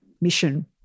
mission